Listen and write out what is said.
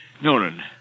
Nolan